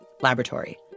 laboratory